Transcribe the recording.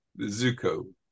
Zuko